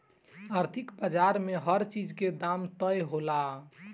आर्थिक बाजार में हर चीज के दाम तय होला